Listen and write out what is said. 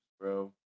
bro